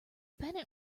pennant